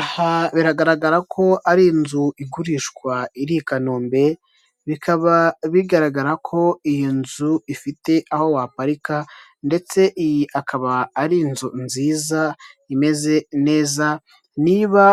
Aha biragaragara ko ari inzu igurishwa iri i kanombe, bikaba bigaragara ko iyi nzu ifite aho waparika, ndetse iyi akaba ari inzu nziza imeze neza; niba